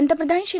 पंतप्रधान श्री